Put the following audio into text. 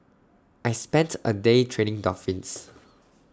I spent A day training dolphins